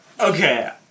okay